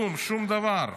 כלום, שום דבר.